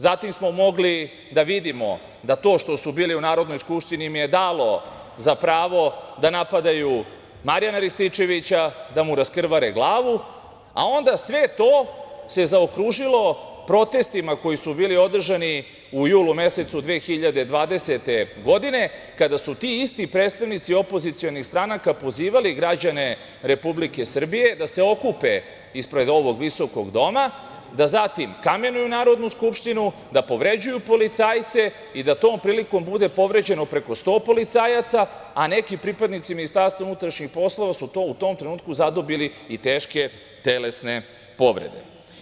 Zatim smo mogli da vidimo da to što su bili u Narodnoj skupštini im je dalo za pravo da napadaju Marijana Rističevića i da mu raskrvare glavu, a onda sve to se zaokružilo protestima koji su bili održani u julu mesecu 2020. godine, kada su ti isti predstavnici opozicionih stranaka pozivali građane Republike Srbije da se okupe ispred ovog visokog doma, da zatim kamenuju Narodnu skupštinu, da povređuju policajce i da tom prilikom bude povređeno preko 100 policajaca, a neki pripadnici Ministarstva unutrašnjih poslova su u tom trenutku zadobili i teške telesne povrede.